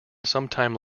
sometime